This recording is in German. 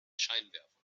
scheinwerfer